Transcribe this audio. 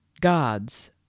Gods